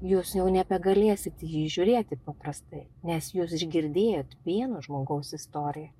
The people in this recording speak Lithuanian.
jūs jau nebegalėsit į jį žiūrėti paprastai nes jūs girdėjot vieno žmogaus istoriją